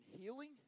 healing